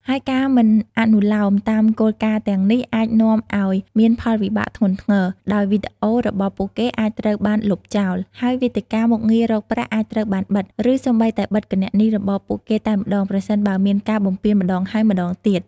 ហើយការមិនអនុលោមតាមគោលការណ៍ទាំងនេះអាចនាំឲ្យមានផលវិបាកធ្ងន់ធ្ងរ ដោយវីដេអូរបស់ពួកគេអាចត្រូវបានលុបចោល ហើយវេទិកា មុខងាររកប្រាក់អាចត្រូវបានបិទ ឬសូម្បីតែបិទគណនីរបស់ពួកគេតែម្តង ប្រសិនបើមានការបំពានម្តងហើយម្តងទៀត។